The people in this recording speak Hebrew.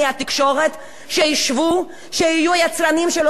שיהיו היצרנים של אותו תוכן בעיתון אחד מסוים,